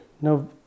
No